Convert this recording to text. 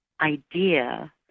idea